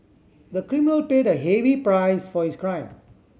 the criminal paid a heavy price for his crime